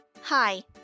Hi